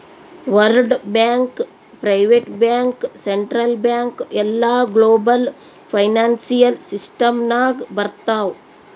world bank, private bank, central bank ಎಲ್ಲಾ global financial system ನಾಗ್ ಬರ್ತಾವ್